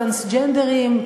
טרנסג'נדרים,